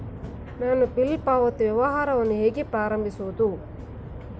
ನಾನು ಬಿಲ್ ಪಾವತಿ ವ್ಯವಹಾರವನ್ನು ಹೇಗೆ ಪ್ರಾರಂಭಿಸುವುದು?